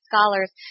scholars